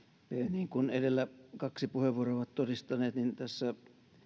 niin kuin edellä kaksi puheenvuoroa ovat todistaneet niin tässä